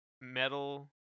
metal